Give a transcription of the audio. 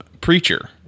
Preacher